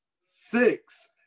six